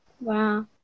Wow